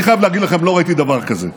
אני חייב להגיד לכם, לא ראיתי דבר כזה.